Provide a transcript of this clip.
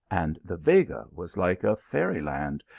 and the vega was like a fairy land,